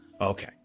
Okay